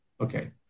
Okay